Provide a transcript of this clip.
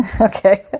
Okay